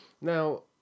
Now